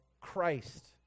Christ